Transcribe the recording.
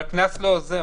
אבל הקנס לא עוזר